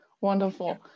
wonderful